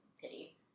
pity